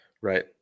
Right